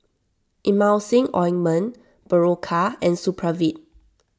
Emulsying Ointment Berocca and Supravit